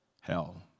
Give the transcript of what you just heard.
hell